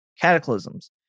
cataclysms